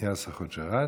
יאסר חוג'יראת.